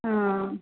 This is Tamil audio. ஆ